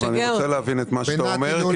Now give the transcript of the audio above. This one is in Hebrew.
אבל אני רוצה להבין את מה שאתה אומר,